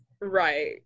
Right